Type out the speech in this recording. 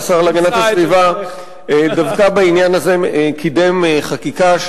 שהשר להגנת הסביבה דווקא בעניין הזה קידם חקיקה,